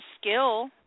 skill